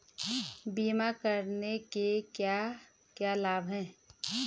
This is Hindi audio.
बीमा करने के क्या क्या लाभ हैं?